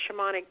shamanic